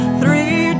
three